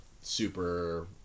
super